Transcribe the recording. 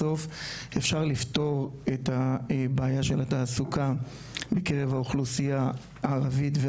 אפשר לפתור את הבעיה של התעסוקה בקרב האוכלוסייה הערבית,